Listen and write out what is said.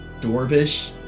Dorvish